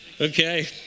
Okay